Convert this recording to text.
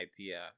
idea